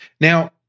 Now